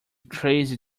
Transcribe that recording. crazy